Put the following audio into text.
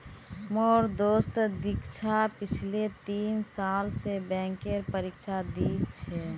मोर दोस्त दीक्षा पिछले तीन साल स बैंकेर परीक्षा दी छ